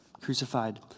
crucified